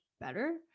better